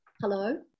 Hello